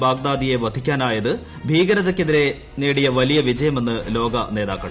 ബാഗ്ദാദിയെ വധിക്കാനായത് ഭീക്രത്യ്ക്കെതിരെ നേടിയ വലിയ വിജയമെന്ന് ലോകനേതാക്കൾ